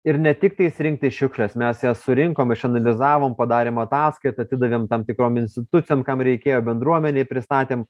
ir ne tiktais rinkti šiukšles mes jas surinkom išanalizavom padarėm ataskaitą atidavėm tam tikrom institucijom kam reikėjo bendruomenei pristatėm